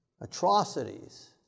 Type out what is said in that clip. atrocities